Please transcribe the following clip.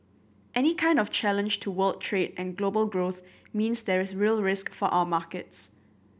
any kind of challenge to world trade and global growth means there is real risk for our markets